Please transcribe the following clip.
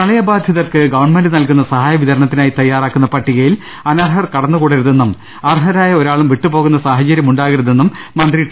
പ്രളയ ബാധിതർക്ക് ഗവൺമെന്റ് നൽകുന്ന സഹായ വിതരണത്തിനായി തയ്യാറാക്കുന്ന പട്ടികയിൽ അനർഹർ കടന്നുകൂടരുതെന്നും അർഹരായ ഒരാളും വിട്ടുപോകുന്ന സാഹചര്യം ഉണ്ടാകരുതെന്നും മന്ത്രി ടി